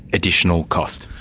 additional cost.